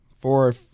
four